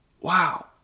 Wow